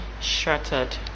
shattered